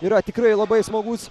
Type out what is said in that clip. yra tikrai labai smagus